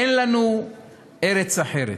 אין לנו ארץ אחרת,